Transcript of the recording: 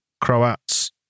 Croats